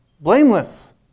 Blameless